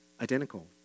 identical